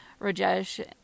Rajesh